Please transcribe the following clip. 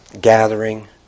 gathering